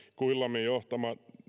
quilliamin johtaja